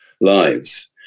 lives